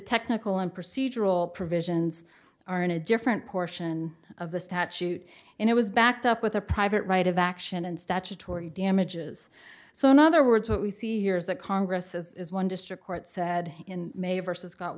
technical and procedural provisions are in a different portion of the statute and it was backed up with a private right of action and statutory damages so in other words what we see here is that congress is one district court said in may vs got